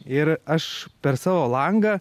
ir aš per savo langą